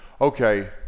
okay